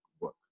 work